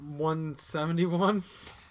171